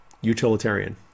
utilitarian